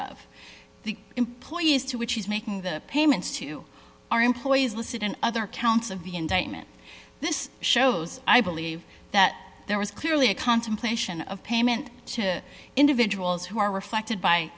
of the employees to which he's making the payments to our employees listed in other counts of the indictment this shows i believe that there was clearly a contemplation of payment to individuals who are reflected by